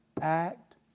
Act